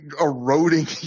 eroding